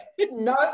No